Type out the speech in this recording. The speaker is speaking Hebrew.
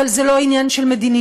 אבל זה לא עניין של מדיניות,